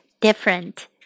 different